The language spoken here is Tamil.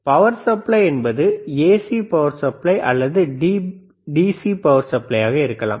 பவர் சப்ளை என்பது ஏசி பவர் சப்ளை அல்லது டிசி பவர் சப்ளை ஆக இருக்கலாம்